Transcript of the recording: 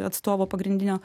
atstovo pagrindinio